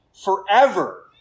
forever